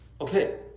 Okay